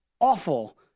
awful